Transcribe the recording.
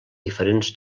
diferents